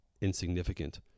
insignificant